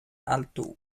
alto